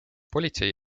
politsei